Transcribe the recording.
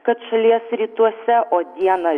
kad šalies rytuose o dieną